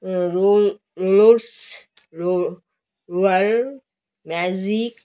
Rolle's Royce magic